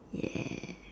ya